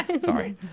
Sorry